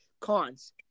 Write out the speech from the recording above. Cons